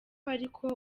ariko